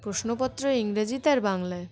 প্রশ্নপত্র ইংরেজিতে আর বাংলায়